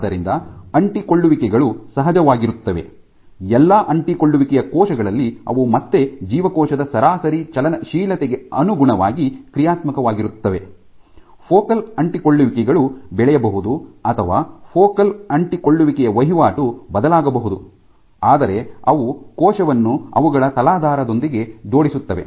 ಆದ್ದರಿಂದ ಅಂಟಿಕೊಳ್ಳುವಿಕೆಗಳು ಸಹಜವಾಗಿರುತ್ತವೆ ಎಲ್ಲಾ ಅಂಟಿಕೊಳ್ಳುವಿಕೆಯ ಕೋಶಗಳಲ್ಲಿ ಅವು ಮತ್ತೆ ಜೀವಕೋಶದ ಸರಾಸರಿ ಚಲನಶೀಲತೆಗೆ ಅನುಗುಣವಾಗಿ ಕ್ರಿಯಾತ್ಮಕವಾಗಿರುತ್ತವೆ ಫೋಕಲ್ ಅಂಟಿಕೊಳ್ಳುವಿಕೆಗಳು ಬೆಳೆಯಬಹುದು ಅಥವಾ ಫೋಕಲ್ ಅಂಟಿಕೊಳ್ಳುವಿಕೆಯ ವಹಿವಾಟು ಬದಲಾಗಬಹುದು ಆದರೆ ಅವು ಕೋಶವನ್ನು ಅವುಗಳ ತಲಾಧಾರದೊಂದಿಗೆ ಜೋಡಿಸುತ್ತವೆ